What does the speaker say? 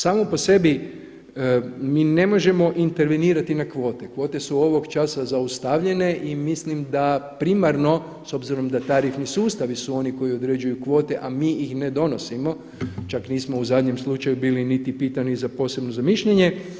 Samo po sebi mi ne možemo intervenirati na kvote, kvote su ovog časa zaustavljene i mislim da primarno s obzirom da tarifni sustavi su oni koji određuju kvote, a mi ih ne donosimo, čak nismo u zadnjem slučaju bili niti pitani za posebno za mišljenje.